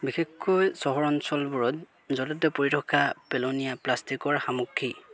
বিশেষকৈ চহৰ অঞ্চলবোৰত য'তে ত'তে পৰি থকা পেলনীয়া প্লাষ্টিকৰ সামগ্ৰী